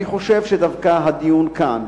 אני חושב שדווקא הדיון כאן,